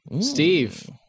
Steve